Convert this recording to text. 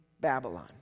Babylon